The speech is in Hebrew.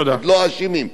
עוד לא אשמים.